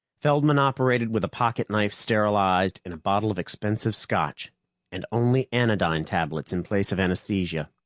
feldman operated with a pocketknife sterilized in a bottle of expensive scotch and only anodyne tablets in place of anesthesia.